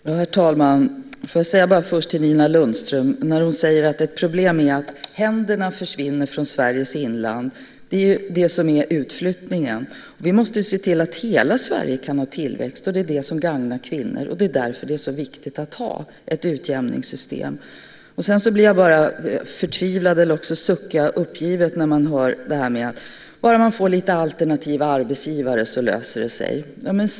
Herr talman! Först vill jag vända mig till Nina Lundström som säger att ett problem är att händerna försvinner från Sveriges inland. Det är ju det som är utflyttningen. Vi måste se till att hela Sverige kan ha tillväxt. Det är det som gagnar kvinnor, och det är därför det är så viktigt att ha ett utjämningssystem. Sedan vet jag inte om jag ska bli förtvivlad eller bara sucka uppgivet när jag hör detta med att bara man får lite alternativa arbetsgivare så löser det sig.